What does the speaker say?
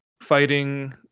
fighting